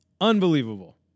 unbelievable